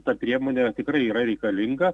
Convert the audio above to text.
ta priemonė tikrai yra reikalinga